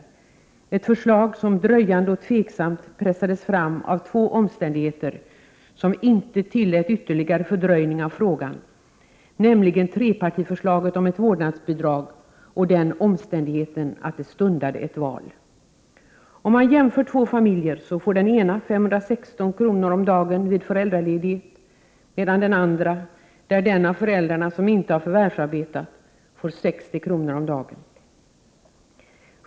Detta var ett förslag som dröjande och tveksamt pressades fram av två omständigheter som inte tillät ytterligare fördröjning av frågan, nämligen trepartiförslaget om ett vårdnadsbidrag och den omständigheten att det stundade ett val. Om man jämför förhållandena i två familjer ser man att en förälder som förvärvsarbetar får 516 kr. om dagen vid föräldraledighet, medan en förälder som inte har förvärvsarbetat får 60 kr. om dagen.